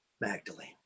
Magdalene